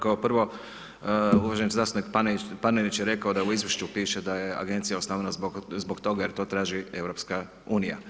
Kao prvo, uvaženi zastupnik Panenić je rekao da u Izvješću piše da je agencija osnovana zbog toga jer to traži EU.